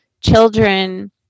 children